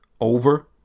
Over